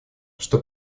что